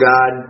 God